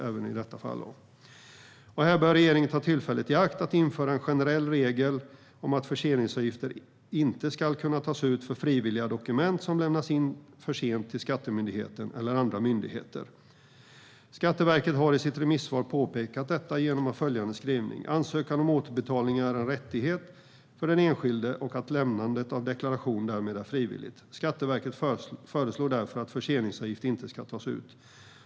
Regeringen bör ta tillfället i akt att införa en generell regel om att förseningsavgifter inte ska kunna tas ut för frivilliga dokument som lämnas in för sent till skattemyndigheten eller andra myndigheter. Skatteverket har i sitt remissvar påpekat följande: ". att ansökan om återbetalning är en rättighet för den enskilde och att lämnandet av deklaration därmed är frivilligt. Skatteverket föreslår därför att förseningsavgift inte ska tas ut."